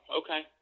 okay